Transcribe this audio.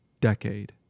decade